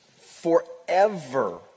forever